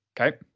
Okay